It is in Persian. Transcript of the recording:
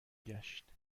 گشت